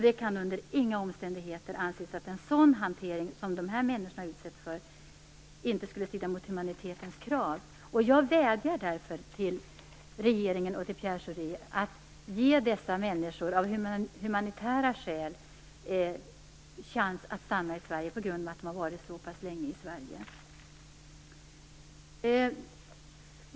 Det kan under inga omständigheter anses att en sådan hantering som de här människorna utsätts för inte skulle strida mot humanitetens krav. Jag vädjar därför till regeringen och Pierre Schori att av humanitära skäl ge dessa människor en chans att stanna i Sverige på grund av att de har varit här så pass länge.